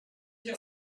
you